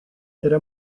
era